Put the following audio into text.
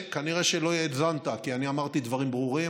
כנראה שלא האזנת, כי אני אמרתי דברים ברורים.